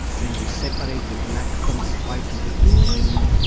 then we separate the black from the white of the penguin.